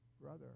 brother